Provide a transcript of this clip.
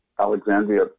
Alexandria